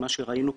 ממה שראינו פה.